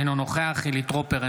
אינו נוכח חילי טרופר,